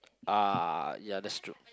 ah ya that's true